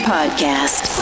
Podcast